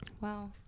Wow